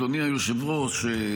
אדוני היושב-ראש,